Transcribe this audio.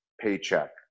paycheck